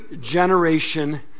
generation